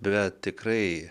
bet tikrai